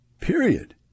period